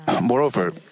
moreover